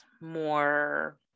more